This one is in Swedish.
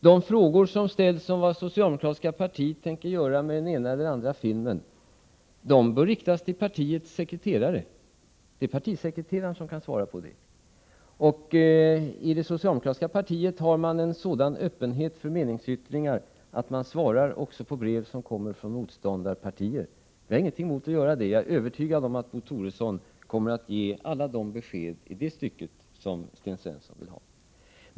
De frågor som ställs om vad det socialdemokratiska partiet tänker göra med den ena eller andra filmen bör riktas till partiets sekreterare — det är partisekreteraren som kan svara på det. I det socialdemokratiska partiet har man en sådan öppenhet för meningsyttringar att man svarar på brev som kommer också från motståndarpartier. Vi har ingenting emot det, och jag är övertygad om att Bo Toresson kommer att ge alla de besked i det avseendet som Sten Svensson vill ha.